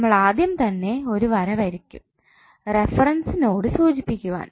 നമ്മൾ ആദ്യം തന്നെ ഒരു വര വരയ്ക്കും റഫറൻസ് നോഡ് സൂചിപ്പിക്കുവാൻ